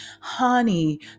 Honey